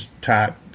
type